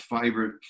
favorite